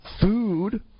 food